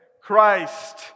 Christ